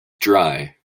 dry